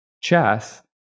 chess